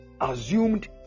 assumed